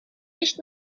nicht